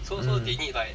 mm